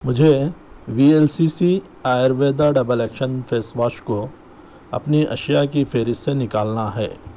مجھے V L C C Ayurveda double action face wash کو اپنی اشیاء کی فہرست سے نکالنا ہے